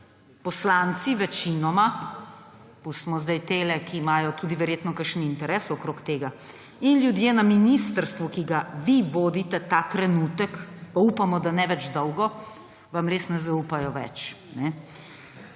poslanci večinoma – pustimo zdaj te, ki imajo tudi verjetno kakšen interes okoli tega –, in ljudje na ministrstvu, ki ga vi vodite ta trenutek – pa upamo, da ne več dolgo –, vam res ne zaupajo več.